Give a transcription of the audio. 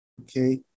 okay